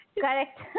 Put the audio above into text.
Correct